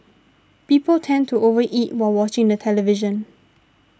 people tend to over eat while watching the television